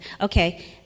Okay